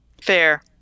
Fair